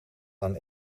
aan